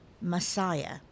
Messiah